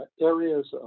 areas